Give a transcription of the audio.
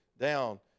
down